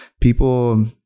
people